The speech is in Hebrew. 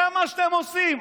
זה מה שאתם עושים.